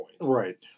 Right